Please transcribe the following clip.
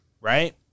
right